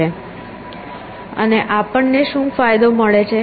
અને આપણને શું ફાયદો મળે છે